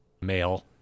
male